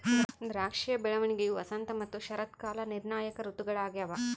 ದ್ರಾಕ್ಷಿಯ ಬೆಳವಣಿಗೆಯು ವಸಂತ ಮತ್ತು ಶರತ್ಕಾಲ ನಿರ್ಣಾಯಕ ಋತುಗಳಾಗ್ಯವ